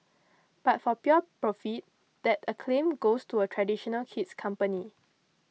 but for pure profit that acclaim goes to a traditional kid's company